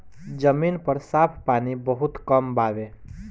जमीन पर साफ पानी बहुत कम बावे